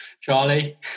Charlie